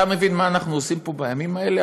אתה מבין מה אנחנו עושים פה בימים האלה?